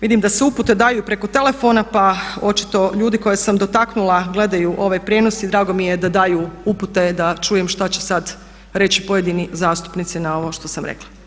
Vidim da se upute daju i preko telefona pa očito ljudi koje sam dotaknula gledaju ovaj prijenos i drago mi je da daju upute da čujem šta će sad reći pojedini zastupnici na ovo što sam rekla.